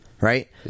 Right